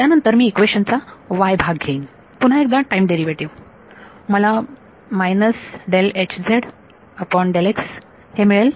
त्यानंतर मी इक्वेशन चा y भाग येईन पुन्हा एकदा टाईम डेरिव्हेटिव्ह मला हे मिळेल